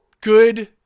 good